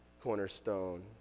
cornerstone